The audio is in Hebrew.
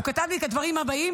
הוא כתב לי את הדברים הבאים,